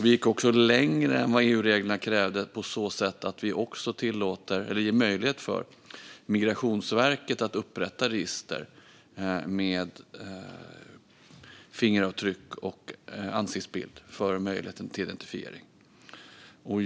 Vi har också gått längre än vad EU-reglerna kräver på så sätt att vi även ger möjlighet för Migrationsverket att upprätta register med fingeravtryck och ansiktsbild för möjlighet till identifiering.